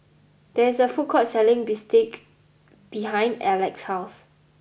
there is a food court selling Bistake behind Elex's house